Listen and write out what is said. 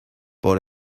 por